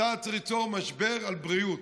אתה צריך ליצור משבר על בריאות.